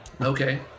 Okay